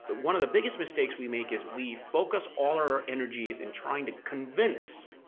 but one of the biggest mistakes we make is we focus all our energies in trying to convince